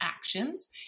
actions